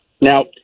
Now